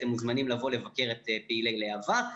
אתם מוזמנים לבוא לבקר את פעילי להב"ה.